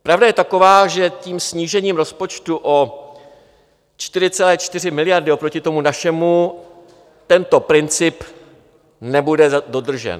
Pravda je taková, že tím snížením rozpočtu o 4,4 miliardy oproti tomu našemu tento princip nebude dodržen.